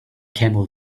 camel